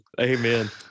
Amen